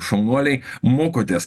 šaunuoliai mokotės